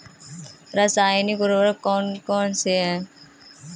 रासायनिक उर्वरक कौन कौनसे हैं?